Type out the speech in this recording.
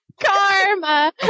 Karma